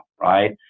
Right